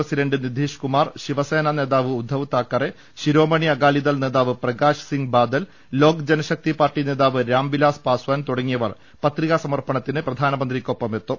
president Nitish Kumar Shiv Sena നേതാവ് ഉദ്ധവ് താക്കറെ ശിരോമണി അകാലിദൾ നേതാവ് Prakash Singh Badal Lok Janshakti party നേതാവ് രാം വിലാസ് പാസ്വാൻ തുടങ്ങിയവർ പത്രികാ സമർപ്പണത്തിന് പ്രധാ നമന്ത്രിക്കൊപ്പമെത്തും